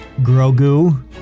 Grogu